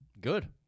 Good